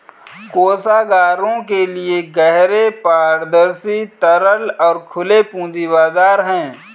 कोषागारों के लिए गहरे, पारदर्शी, तरल और खुले पूंजी बाजार हैं